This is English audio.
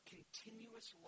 Continuous